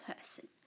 person